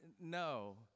No